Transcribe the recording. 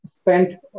spent